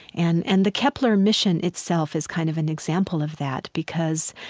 and and the kepler mission itself is kind of an example of that because,